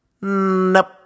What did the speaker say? Nope